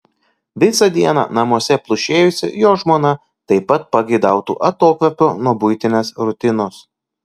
visą dieną namuose plušėjusi jo žmona taip pat pageidautų atokvėpio nuo buitinės rutinos